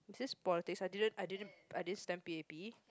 is this politics I didn't I didn't I didn't stan P_A_P